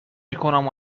میکنم